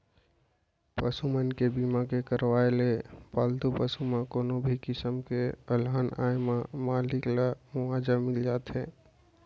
पसु मन के बीमा के करवाय ले पालतू पसु म कोनो भी किसम के अलहन आए म मालिक ल मुवाजा मिल जाथे